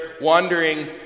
wandering